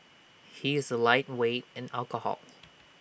he is A lightweight in alcohol